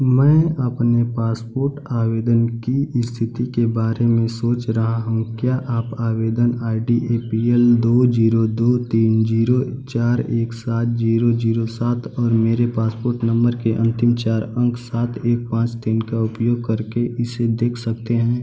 मैं अपने पासपोर्ट आवेदन की स्थिति के बारे में सोच रहा हूँ क्या आप आवेदन I D A P L दो ज़ीरो दो तीन ज़ीरो चार एक सात ज़ीरो ज़ीरो सात और मेरे पासपोर्ट नम्बर के अन्तिम चार अंक सात एक पाँच तीन का उपयोग करके इसे देख सकते हैं